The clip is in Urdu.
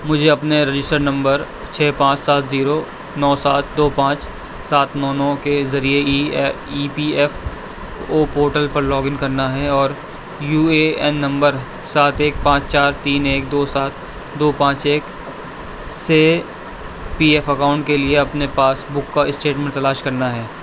مجھے اپنے رجسٹرڈ نمبر چھ پانچ سات زیرو نو سات دو پانچ سات نو نو کے ذریعے E E P F O portal پر لاگ ان کرنا ہے اور یو اے این نمبر سات ایک پانچ چار تین ایک دو سات دو پانچ ایک سے پی ایف اکاؤنٹ کے لیے اپنے پاس بک کا اسٹیٹمنٹ تلاش کرنا ہے